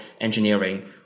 Engineering